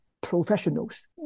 professionals